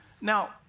Now